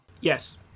Yes